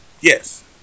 Yes